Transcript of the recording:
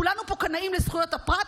כולנו פה קנאים לזכויות פרט,